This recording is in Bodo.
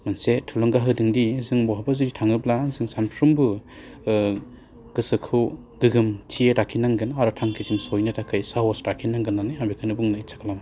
मोनसे थुलुंगा होदोंदि जों बहाबा जुदि थाङोब्ला जों सानफ्रोमबो गोसोखौ गोजोन्थि लाखिनांगोन आरो थांखिसिम सहैनो थाखाय साहस लाखिनांगोन्नानो आं बेखौनो बुंनो इसा खालामो